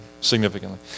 significantly